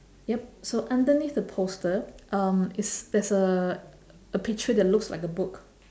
yup so underneath the poster um it's there's a a picture that looks like a book